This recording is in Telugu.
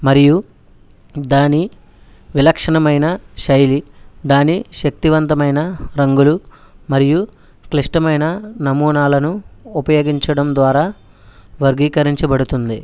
మరియు దాని విలక్షణమైన శైలి దాని శక్తివంతమైన రంగులు మరియు క్లిష్టమైన నమూనాలను ఉపయోగించడం ద్వారా వర్గీకరించబడుతుంది